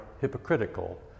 hypocritical